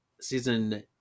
season